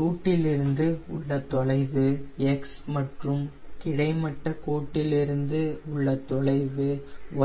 ரூட்டிலிருந்து உள்ள தொலைவு x மற்றும் கிடைமட்ட கோட்டிலிருந்து உள்ள தொலைவு